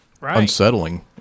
unsettling